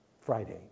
Friday